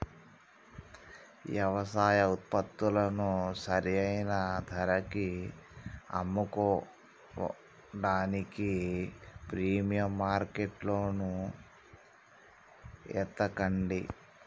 యవసాయ ఉత్పత్తులను సరైన ధరకి అమ్ముకోడానికి ప్రీమియం మార్కెట్లను ఎతకండి